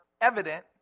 evident